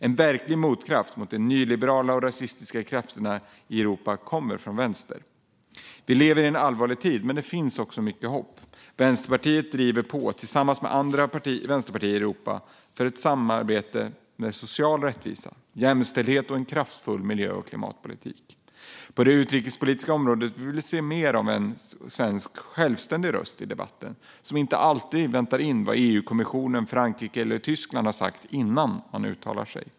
En verklig motkraft mot de nyliberala och rasistiska krafterna i Europa kommer från vänster. Vi lever i en allvarlig tid, men det finns också mycket hopp. Vänsterpartiet driver, tillsammans med andra vänsterpartier i Europa, på för ett samarbete för social rättvisa, jämställdhet och en kraftfull miljö och klimatpolitik. På det utrikespolitiska området vill vi se en mer självständig svensk röst i debatten, som inte alltid väntar in vad EU-kommissionen, Frankrike eller Tyskland har sagt innan man uttalar sig.